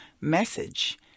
message